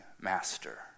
master